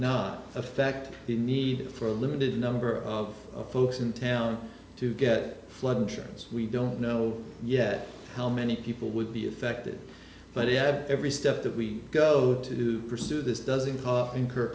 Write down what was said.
not affect the need for a limited number of folks in town to get flood insurance we don't know yet how many people would be affected but yeah every step that we go to pursue this doesn't coffee incur